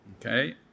okay